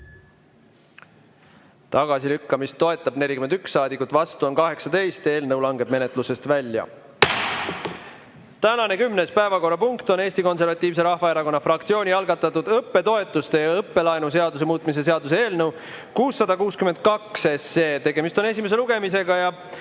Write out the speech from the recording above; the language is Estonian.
Tagasilükkamist toetab 41 saadikut ja vastu on 18. Eelnõu langeb menetlusest välja. Tänane kümnes päevakorrapunkt on Eesti Konservatiivse Rahvaerakonna fraktsiooni algatatud õppetoetuste ja õppelaenu seaduse muutmise seaduse eelnõu 662. Tegemist on esimese lugemisega.